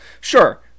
sure